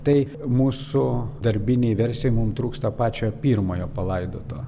tai mūsų darbinėj versijoj mum trūksta pačio pirmojo palaidoto